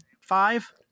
five